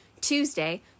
Tuesday